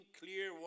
clear